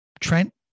Trent